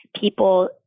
people